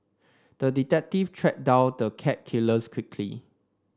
the detective tracked down the cat killers quickly